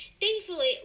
Thankfully